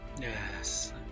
Yes